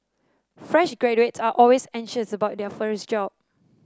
fresh graduates are always anxious about their first job